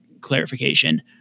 clarification